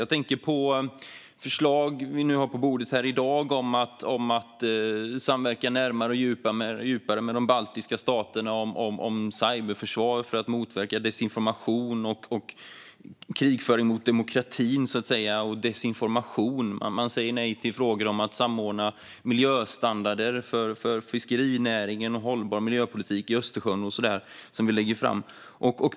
Jag tänker på förslag vi har på bordet i dag, till exempel om att samverka närmare och djupare med de baltiska staterna om cyberförsvar för att motverka desinformation och krigföring mot demokratin, så att säga. Man säger nej till förslag om att samordna miljöstandarder för fiskerinäringen och hållbar miljöpolitik i Östersjön som vi lägger fram.